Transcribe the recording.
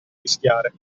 rischiare